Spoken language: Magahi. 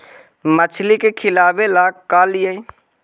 मछली के खिलाबे ल का लिअइ?